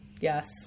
Yes